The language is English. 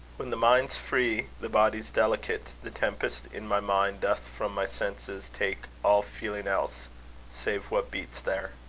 when the mind's free, the body's delicate the tempest in my mind doth from my senses take all feeling else save what beats there.